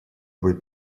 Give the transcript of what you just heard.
быть